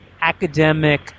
academic